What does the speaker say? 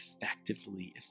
effectively